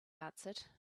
answered